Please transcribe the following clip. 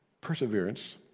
Perseverance